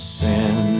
sin